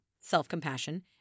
self-compassion